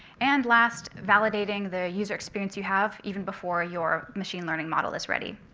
and last, validating the user experience you have even before your machine learning model is ready.